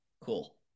Cool